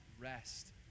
rest